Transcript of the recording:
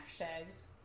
hashtags